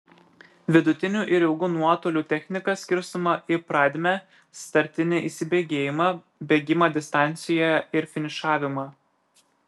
vidutinių ir ilgų nuotolių technika skirstoma į pradmę startinį įsibėgėjimą bėgimą distancijoje ir finišavimą